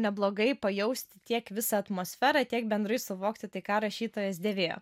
neblogai pajausti tiek visą atmosferą tiek bendrai suvokti tai ką rašytojas dėvėjo